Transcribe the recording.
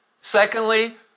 Secondly